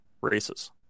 races